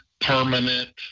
permanent